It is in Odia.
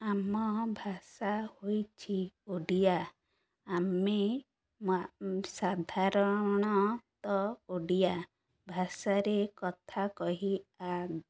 ଆମ ଭାଷା ହୋଇଛି ଓଡ଼ିଆ ଆମେ ସାଧାରଣତ ଓଡ଼ିଆ ଭାଷାରେ କଥା କହି